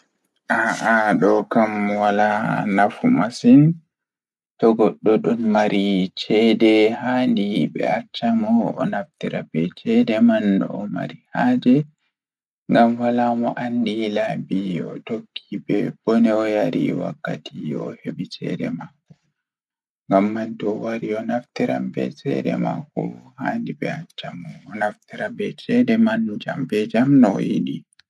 A'ah ɗokam Wala nafu masin Ɓe waɗi e nder aduna ɗon yidi jangirde e jokkuɗe ngesaɗe. Kono waɗugol limiti e coowa, ko waawete teeŋtude aduno ndun kaŋko. Maɗɗo ɗuuɗi ina waɗi geɗe e ɓernde kala waɗugol rewle, jaltinde diɗol ngesaɗe waɗi ko daaƴe ngam fayuɓe hay so.